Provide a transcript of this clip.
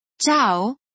Ciao